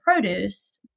produce